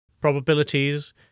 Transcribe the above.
probabilities